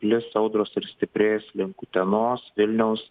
lis audros ir stiprės link utenos vilniaus